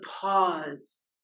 pause